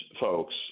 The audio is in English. folks